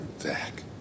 Zach